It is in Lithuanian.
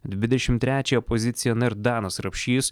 dvidešimt trečiąją poziciją na ir danas rapšys